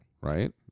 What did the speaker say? Right